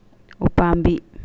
ꯎꯄꯥꯝꯕꯤ